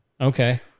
Okay